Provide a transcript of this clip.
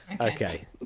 Okay